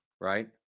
Right